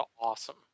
awesome